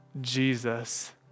Jesus